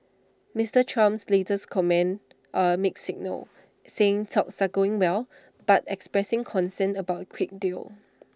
Mister Trump's latest comments are A mixed signal saying talks are going well but expressing concern about A quick deal